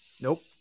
Nope